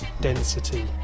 density